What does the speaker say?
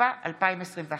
התשפ"א 2021, תודה.